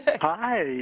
Hi